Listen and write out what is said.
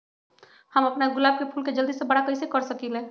हम अपना गुलाब के फूल के जल्दी से बारा कईसे कर सकिंले?